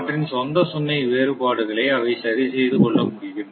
அவற்றின் சொந்த சுமை வேறுபாடுகளை அவை சரி செய்து கொள்ள முடியும்